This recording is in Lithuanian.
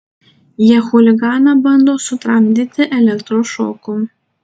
jie chuliganą bando sutramdyti elektros šoku